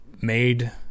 made